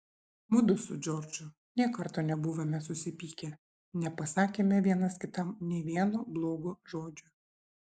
mudu su džordžu nė karto nebuvome susipykę nepasakėme vienas kitam nė vieno blogo žodžio